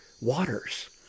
waters